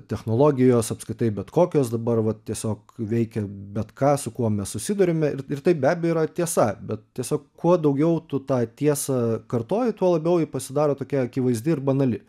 technologijos apskritai bet kokios dabar vat tiesiog veikia bet ką su kuo mes susiduriame ir tai be abejo yra tiesa bet tiesiog kuo daugiau tu tą tiesą kartoji tuo labiau ji pasidaro tokia akivaizdi ir banali